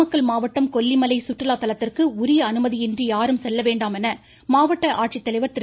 நாமக்கல் மாவட்டம் கொல்லிமலை சுற்றுலா தலத்திற்கு உரிய அனுமதியின்றி யாரும் செல்ல வேண்டாம் என மாவட்ட ஆட்சித்தலைவா் திரு